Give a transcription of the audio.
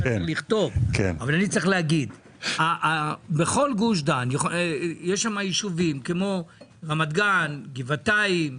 בכל גוש דן יש יישובים כמו רמת גן, גבעתיים,